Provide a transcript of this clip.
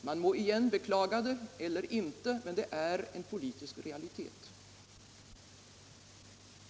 Man må igen beklaga det eller inte men det är en politisk realitet.